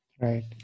Right